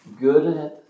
good